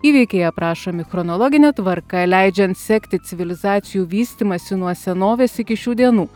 įvykiai aprašomi chronologine tvarka leidžiant sekti civilizacijų vystymąsi nuo senovės iki šių dienų